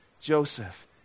Joseph